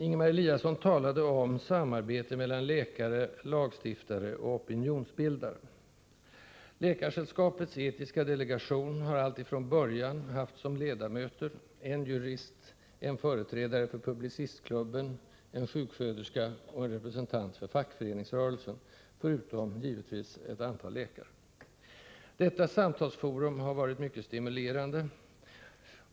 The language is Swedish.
Ingemar Eliasson talade om samarbete mellan läkare, lagstiftare och opinionsbildare. Läkaresällskapets etiska delegation har från början som ledamöter haft en jurist, en företrädare för Publicistklubben, en sjuksköterska och en representant för fackföreningsrörelsen förutom givetvis ett antal läkare. Detta samtalsforum har varit mycket stimulerande.